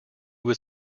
was